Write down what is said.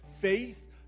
faith